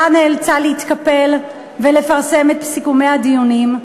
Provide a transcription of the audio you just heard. נאלצה להתקפל ולפרסם את סיכומי הדיונים.